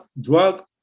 drug